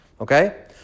Okay